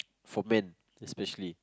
for man especially